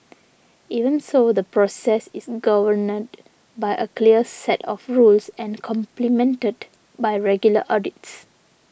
even so the process is governed by a clear set of rules and complemented by regular audits